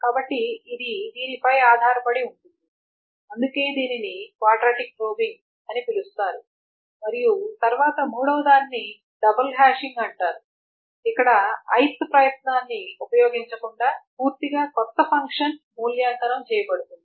కాబట్టి ఇది దీనిపై ఆధారపడి ఉంటుంది అందుకే దీనిని క్వాడ్రాటిక్ ప్రోబింగ్ అని పిలుస్తారు మరియు తర్వాత మూడవదాన్ని డబుల్ హ్యాషింగ్ అంటారు ఇక్కడ ith ప్రయత్నాన్ని ఉపయోగించకుండా పూర్తిగా కొత్త ఫంక్షన్ మూల్యాంకనం చేయబడుతుంది